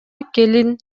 келин